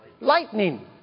lightning